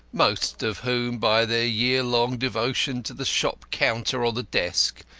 most of whom by their year-long devotion to the shop-counter or the desk,